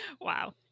Wow